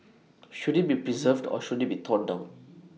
should IT be preserved or should IT be torn down